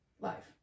life